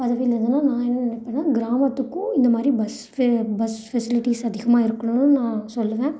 பதவியிலருந்தான்னா நான் என்ன நினப்பன்னா கிராமத்துக்கும் இந்த மாதிரி பஸ் ஃபெ பஸ் ஃபெசிலிட்டிஸ் அதிகமாக இருக்கணுன்னு நான் சொல்லுவேன்